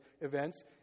events